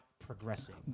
progressing